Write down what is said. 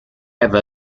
have